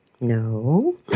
No